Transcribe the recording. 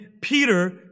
peter